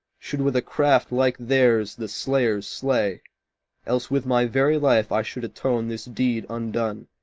should with a craft like theirs the slayers slay else with my very life i should atone this deed undone,